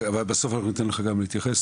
בסוף אנחנו ניתן לך גם להתייחס.